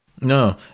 No